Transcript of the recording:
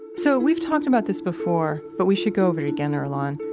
so we've talked about this before, but we should go over it again earlonne.